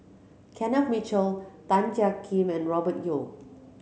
Kenneth Mitchell Tan Jiak Kim and Robert Yeo